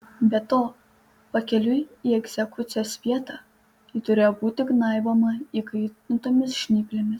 be to pakeliui į egzekucijos vietą ji turėjo būti gnaiboma įkaitintomis žnyplėmis